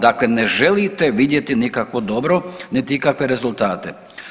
Dakle, ne želite vidjeti nikakvo dobro, niti ikakve rezultate.